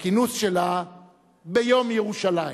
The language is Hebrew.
בכינוס שלה ביום ירושלים.